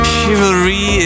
Chivalry